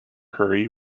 hurry